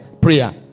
prayer